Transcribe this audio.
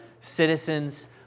citizens